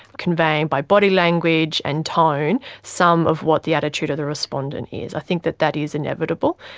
conveying by body language and tone, some of what the attitude of the respondent is. i think that that is inevitable.